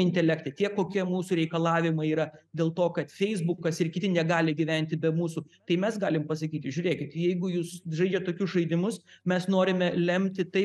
intelekte tiek kokie mūsų reikalavimai yra dėl to kad feisbukas ir kiti negali gyventi be mūsų tai mes galim pasakyti žiūrėkit jeigu jūs žaidžiat tokius žaidimus mes norime lemti tai